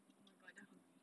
oh my god I am damn hungry